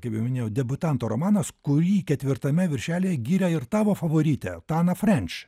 kaip jau minėjau debiutanto romanas kurį ketvirtame viršelyje gyrė ir tavo favoritė tana frenč